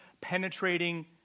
penetrating